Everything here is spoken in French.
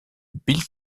bill